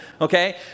okay